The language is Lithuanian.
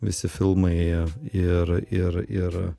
visi filmai ir ir ir